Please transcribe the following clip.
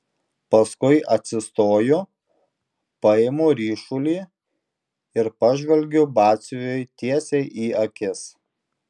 paskui atsistoju paimu ryšulį ir pažvelgiu batsiuviui tiesiai į akis